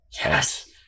Yes